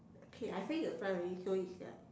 okay I face the front already so it's like